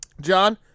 John